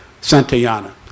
Santayana